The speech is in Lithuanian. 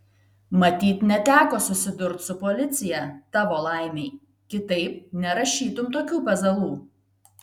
matyt neteko susidurt su policija tavo laimei kitaip nerašytum tokių pezalų